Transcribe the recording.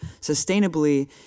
sustainably